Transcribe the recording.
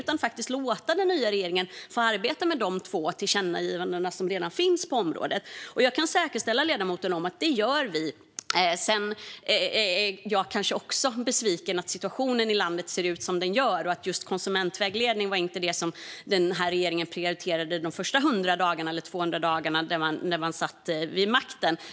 Vi har i stället valt att låta den nya regeringen arbeta med de två tillkännagivanden som redan finns på området. Jag kan försäkra ledamoten om att vi gör detta. Sedan är jag kanske också besviken över att situationen i landet ser ut som den gör. Konsumentvägledning var inte det som denna regering prioriterade under sina första 100 eller 200 dagar vid makten.